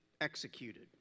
executed